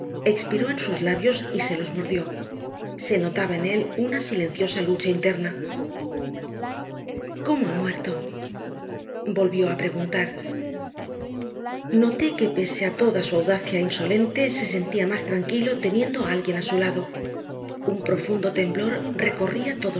expiró en sus labios y se los mordió se notaba en él una silenciosa lucha interna cómo ha muerto volvió a preguntar noté que pese a toda su audacia insolente se sentía más tranquilo teniendo a alguien a su lado un profundo temblor recorría